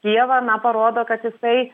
kijevą na parodo kas jisai